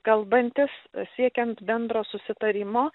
kalbantis siekiant bendro susitarimo